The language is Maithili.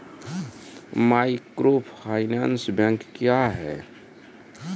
माइक्रोफाइनेंस बैंक क्या हैं?